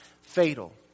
fatal